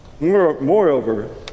Moreover